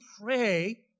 pray